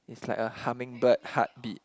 it's like a hummingbird heartbeat